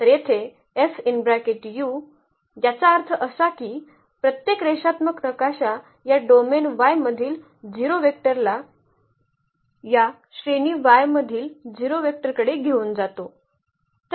तर येथे याचा अर्थ असा की प्रत्येक रेषात्मक नकाशा या डोमेन Y मधील 0 वेक्टरला या श्रेणी Y मधील 0 वेक्टरकडे घेऊन जातो